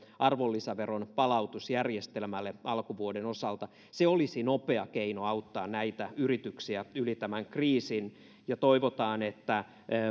arvonlisäveron palautusjärjestelmälle alkuvuoden osalta se olisi nopea keino auttaa näitä yrityksiä yli tämän kriisin toivotaan että